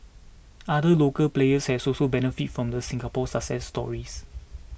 other local players has also benefited from the Singapore success stories